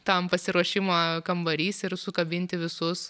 tam pasiruošimo kambarys ir sukabinti visus